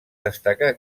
destacar